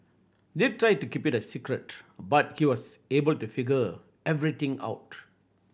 they tried to keep it a secret but he was able to figure everything out